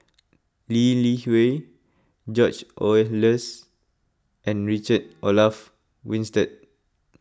Lee Li Hui George Oehlers and Richard Olaf Winstedt